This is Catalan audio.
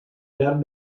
llarg